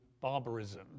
barbarism